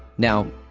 now,